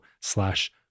slash